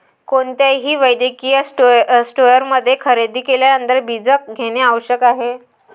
कोणत्याही वैद्यकीय स्टोअरमध्ये खरेदी केल्यानंतर बीजक घेणे आवश्यक आहे